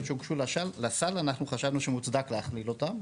שהוגשו לסל אנחנו חשבנו שמוצדק להכליל אותן,